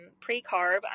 pre-carb